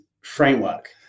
framework